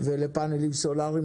ולפאנלים סולאריים.